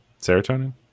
Serotonin